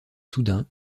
soudain